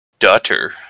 Dutter